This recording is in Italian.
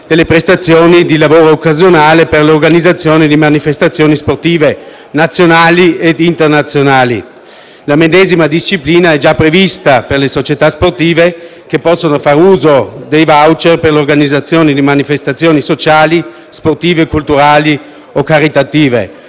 prestazioni di lavoro occasionale per l'organizzazione di manifestazioni sportive nazionali e internazionali. La medesima disciplina è già prevista per le società sportive che possono far uso dei *voucher* per l'organizzazione di manifestazioni sociali, sportive, culturali o caritative.